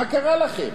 מה קרה לכם?